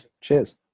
Cheers